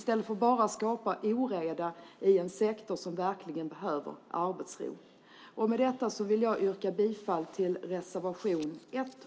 Varför skapa oreda i en sektor som verkligen behöver arbetsro? Jag yrkar bifall till reservationerna 1 och 3.